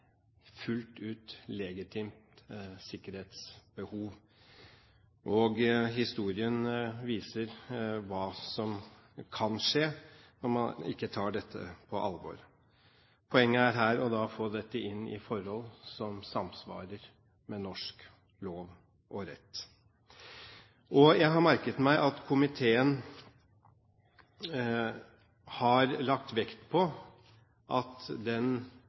fullt ut legitimt sikkerhetsbehov. Historien viser hva som kan skje om man ikke tar dette alvorlig. Poenget er her å få dette inn i forhold som samsvarer med norsk lov og rett. Jeg har merket meg at komiteen har lagt vekt på at når det gjelder den